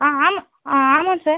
ஆ ஆமாம் ஆ ஆமாம் சார்